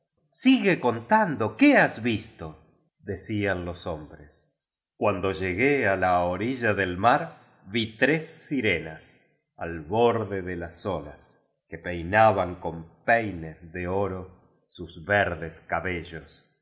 sigue contando qué has visto decían los hombres cuando llegué á la orilla del mar vi tres sirenas ai borde de las olas que peinaban con peines de oro sus verdes cabellos